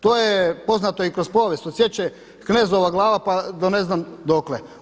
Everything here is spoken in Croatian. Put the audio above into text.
To je poznato i kroz povijest od sječe knezovih glava, pa ne znam dokle.